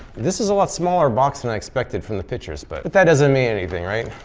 this is a lot smaller box than i expected from the pictures, but that doesn't mean anything, right?